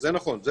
זה נכון,